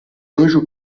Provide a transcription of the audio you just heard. anjo